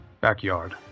Backyard